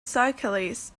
cyclists